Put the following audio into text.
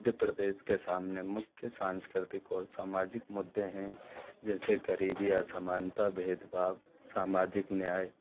मध्य प्रदेश के सामने मुख्य सांस्कृतिक और सामाजिक मुद्दे हैं जैसे ग़रीबी असमानता भेद भाव सामाजिक न्याय